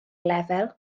lefel